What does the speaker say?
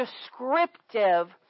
descriptive